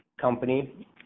company